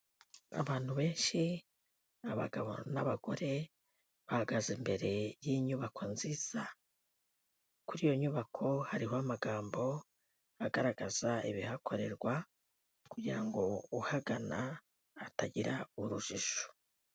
Abantu benshi, abagabo n'abagore, bahagaze imbere y'inyubako nziza. Kuri iyo nyubako, hariho amagambo agaragaza ibihakorerwa kugira ngo uhagana atagira urujijo.